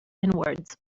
inwards